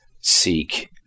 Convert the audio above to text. seek